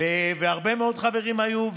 הרבה מאוד חברים היו.